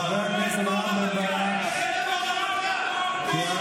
חבר הכנסת רם בן ברק, קריאה